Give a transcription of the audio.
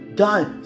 done